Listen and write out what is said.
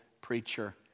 preacher